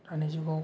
दानि जुगाव